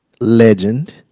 Legend